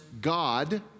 God